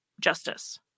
justice